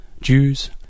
Jews